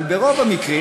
אבל ברוב המקרים,